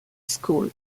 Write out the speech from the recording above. school